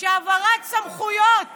שהעברת סמכויות